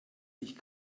sich